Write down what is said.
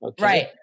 Right